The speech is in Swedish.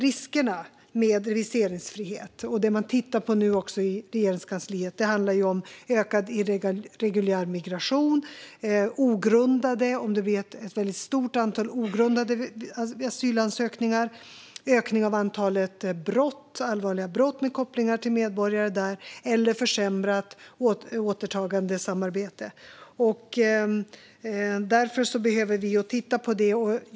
Riskerna med viseringsfrihet och det man tittar på nu i Regeringskansliet handlar om ökad irreguljär migration och om det blir ett väldigt stor antal ogrundade asylansökningar. Det kan även handla om en ökning av antalet allvarliga brott med kopplingar till medborgare där eller försämrat återtagandesamarbete. Därför behöver vi titta på detta.